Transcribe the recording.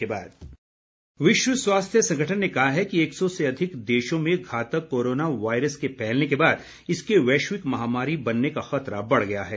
corona विश्व स्वास्थ्य संगठन ने कहा है कि एक सौ से अधिक देशों में घातक कोरोना वायरस के फैलने के बाद इसके वैश्विक महामारी बनने का खतरा बढ़ गया है